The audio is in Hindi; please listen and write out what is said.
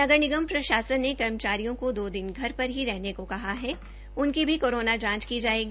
नगर निगम प्रशासन ने कर्मचारियों को दो दिन घर ही रहने को कहा है उनकी कोरोना ांच की ायेगी